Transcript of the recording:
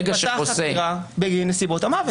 תיפתח חקירה בגין נסיבות המוות.